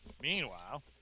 Meanwhile